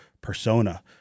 persona